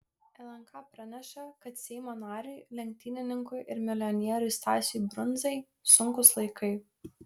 lnk praneša kad seimo nariui lenktynininkui ir milijonieriui stasiui brundzai sunkūs laikai